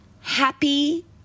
Happy